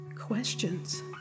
Questions